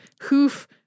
hoof